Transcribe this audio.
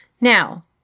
Now